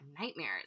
nightmares